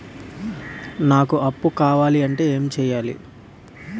నాకు అప్పు కావాలి అంటే ఎం చేయాలి?